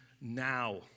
now